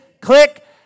Click